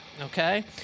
Okay